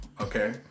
Okay